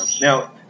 Now